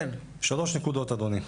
שלוש נקודות אדוני.